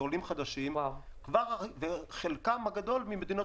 אלה עולים חדשים וחלקם הגדול ממדינות